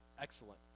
excellent